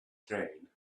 train